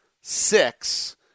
six